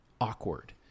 awkward